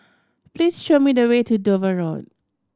please show me the way to Dover Road